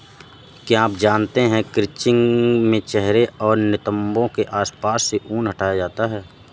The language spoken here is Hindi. क्या आप जानते है क्रचिंग में चेहरे और नितंबो के आसपास से ऊन हटाया जाता है